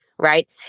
Right